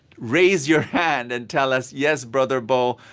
raise your hand and tell us, yes brother bo,